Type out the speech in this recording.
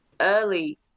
early